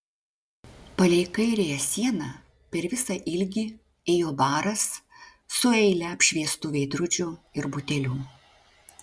palei kairiąją sieną per visą ilgį ėjo baras su eile apšviestų veidrodžių ir butelių